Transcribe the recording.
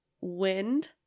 wind